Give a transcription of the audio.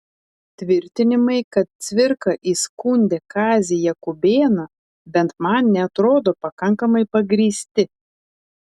tvirtinimai kad cvirka įskundė kazį jakubėną bent man neatrodo pakankamai pagrįsti